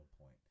point